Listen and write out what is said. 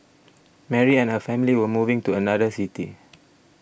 Mary and her family were moving to another city